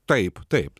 taip taip